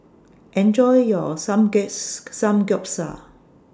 Enjoy your Some guess's Samgeyopsal